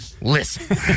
Listen